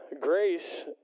grace